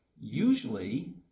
usually